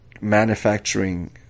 manufacturing